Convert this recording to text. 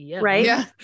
right